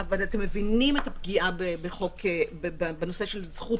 אבל אתם מבינים את הפגיעה בנושא של זכות